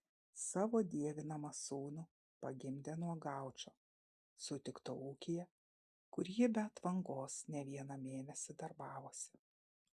savo dievinamą sūnų pagimdė nuo gaučo sutikto ūkyje kur ji be atvangos ne vieną mėnesį darbavosi